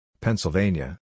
Pennsylvania